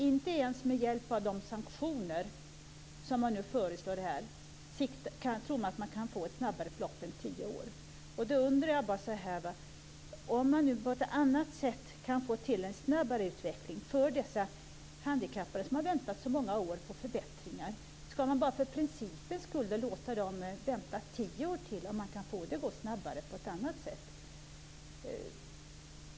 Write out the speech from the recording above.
Inte ens med hjälp av de sanktioner som man nu föreslår tror man sig kunna få resultat tidigare än om tio år. Jag undrar: Om man på annat sätt kan få till stånd en snabbare utveckling för de handikappade som har väntat så många år på förbättringar, ska man då bara för principens skull låta dem vänta tio år till?